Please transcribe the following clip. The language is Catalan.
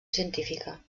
científica